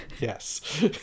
Yes